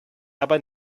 aber